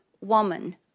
woman